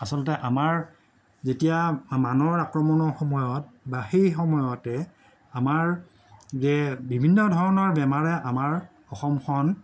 আচলতে আমাৰ যেতিয়া মানৰ আক্ৰমণৰ সময়ত বা সেই সময়তে আমাৰ যে বিভিন্ন ধৰণৰ বেমাৰে আমাৰ অসমখন